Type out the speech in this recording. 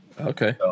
Okay